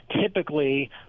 Typically